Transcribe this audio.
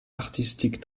artistique